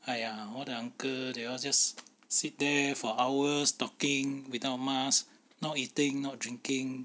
!aiya! all the uncle they all just sit there for hours talking without mask not eating not drinking